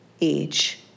age